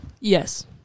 Yes